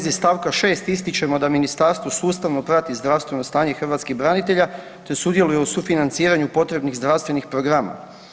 stavka 6 ističemo da Ministarstvo sustavno prati zdravstveno stanje hrvatskih branitelja te sudjeluje u sufinanciranju potrebnih zdravstvenih programa.